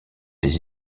ses